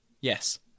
Yes